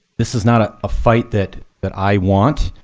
this is not a ah fight that that i want.